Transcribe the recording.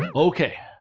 um okay,